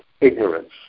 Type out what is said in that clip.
ignorance